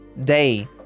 day